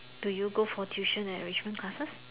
do you go for tuition and enrichment classes